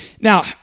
now